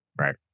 Right